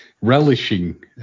relishing